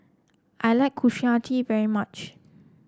I like Kushiyaki very much